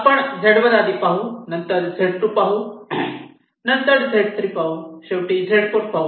आपण Z1 आधी पाहू नंतर Z2 पाहू नंतर Z3 पाहू शेवटी Z4 पाहू